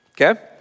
okay